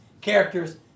characters